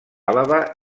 àlaba